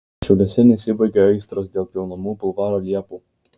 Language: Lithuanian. šiauliuose nesibaigia aistros dėl pjaunamų bulvaro liepų